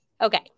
Okay